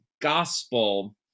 gospel